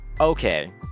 okay